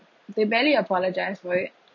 they barely apologise for it